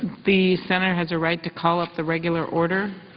the senator has a right to call up the regular order.